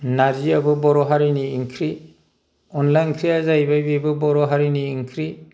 नारजियाबो बर' हारिनि ओंख्रि अनला ओंख्रिया जाहैबाय बेबो बर' हारिनि ओंख्रि